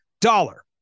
dollar